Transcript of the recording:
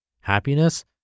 Happiness